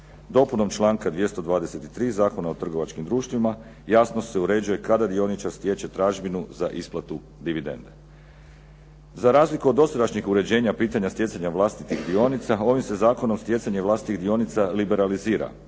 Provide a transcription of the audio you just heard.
Dopunom članka 223. Zakona o trgovačkim društvima jasno se uređuje kada dioničar stječe tražbinu za isplatu dividende. Za razliku od dosadašnjih uređenja pitanja stjecanja vlastitih dionica ovim se zakonom stjecanje vlastitih dionica liberalizira,